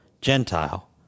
Gentile